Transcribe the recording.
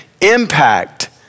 impact